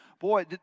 Boy